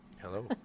hello